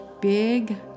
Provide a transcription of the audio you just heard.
big